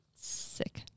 sick